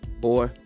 Boy